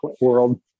world